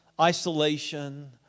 isolation